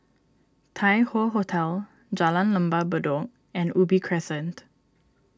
Tai Hoe Hotel Jalan Lembah Bedok and Ubi Crescent